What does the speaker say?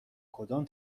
کدام